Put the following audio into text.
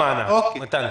לא על המענק, אנטאנס.